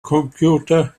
computer